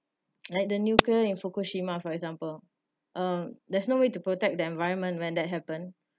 like the nuclear in fukushima for example uh there's no way to protect the environment when that happened